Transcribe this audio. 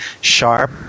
sharp